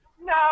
No